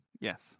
yes